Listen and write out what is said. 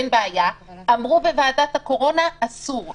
לדעתי זה איסור על הפעלת מקום עסקי או ציבורי בדרך של פתיחתו לציבור.